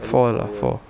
four lah four